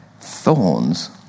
thorns